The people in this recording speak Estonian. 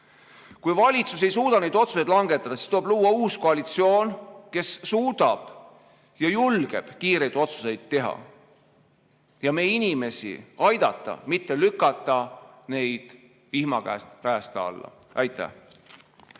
Kui valitsus ei suuda neid otsuseid langetada, siis tuleb luua uus koalitsioon, kes suudab ja julgeb kiireid otsuseid teha ja meie inimesi aidata, mitte lükata neid vihma käest räästa alla. Aitäh!